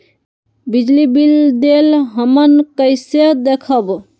बिजली बिल देल हमन कईसे देखब?